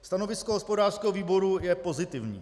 Stanovisko hospodářského výboru je pozitivní.